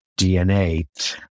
DNA